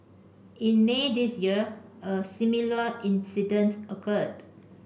in May this year a similar incident occurred